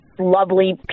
lovely